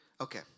Okay